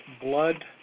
blood